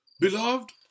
Beloved